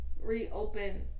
Reopen